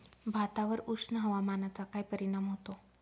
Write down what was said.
भातावर उष्ण हवामानाचा काय परिणाम होतो?